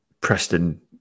Preston